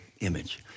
image